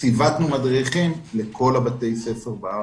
ציוותנו מדריכים לכל בתי הספר בארץ.